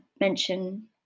mention